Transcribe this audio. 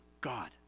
God